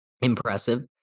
impressive